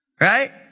Right